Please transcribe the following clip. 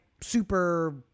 super